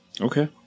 Okay